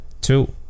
two